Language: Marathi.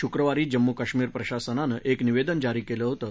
शुक्रवारी जम्मू कश्मीर प्रशासनानं एक निवेदन जारी केलं होतं